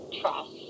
trust